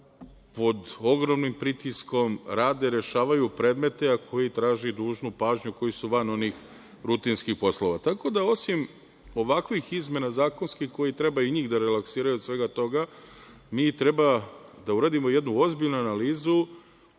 pod ogromnim pritiskom rade, rešavaju predmete, a koji traži dužnu pažnju koji su van onih rutinskih poslova. Tako da osim ovakvih izmena zakonskih koji treba i njih da relaksiraju od svega toga, mi treba da uradimo jednu ozbiljnu analizu,